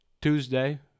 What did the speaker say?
Tuesday